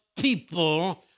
people